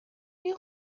این